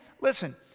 listen